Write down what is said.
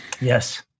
yes